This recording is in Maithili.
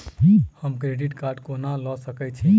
हम क्रेडिट कार्ड कोना लऽ सकै छी?